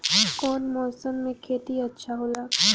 कौन मौसम मे खेती अच्छा होला?